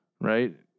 Right